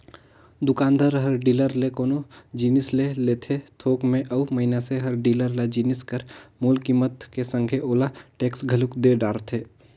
दुकानदार हर डीलर जग ले कोनो जिनिस ले लेथे थोक में अउ मइनसे हर डीलर ल जिनिस कर मूल कीमेत के संघे ओला टेक्स घलोक दे डरथे